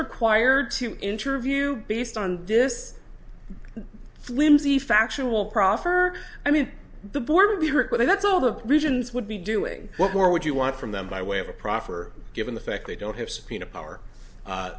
required to interview based on this flimsy factual proffer i mean the board would be hurt but that's all the regions would be doing what more would you want from them by way of a proffer given the fact they don't have subpoena power